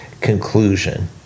conclusion